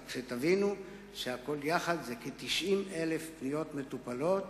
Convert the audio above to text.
רק שתבינו שהכול יחד זה כ-90,000 פניות מטופלות.